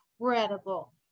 incredible